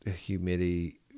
humidity